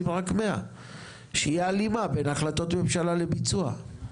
רק 100. שתהיה הלימה בין החלטות ממשלה לביצוע.